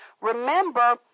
remember